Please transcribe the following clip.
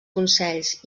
consells